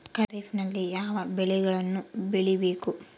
ಖಾರೇಫ್ ನಲ್ಲಿ ಯಾವ ಬೆಳೆಗಳನ್ನು ಬೆಳಿಬೇಕು?